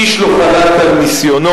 איש לא חלק על ניסיונו,